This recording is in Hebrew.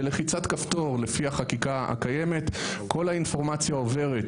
בלחיצת כפתור לפי החקיקה הקיימת כל האינפורמציה עוברת